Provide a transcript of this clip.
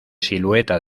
silueta